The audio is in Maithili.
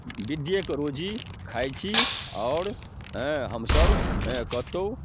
विद्येके रोजी खाइ छी आओर हेँ हमसभ हेँ कतहु